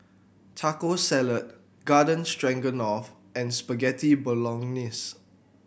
Taco Salad Garden Stroganoff and Spaghetti Bolognese